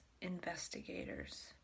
investigators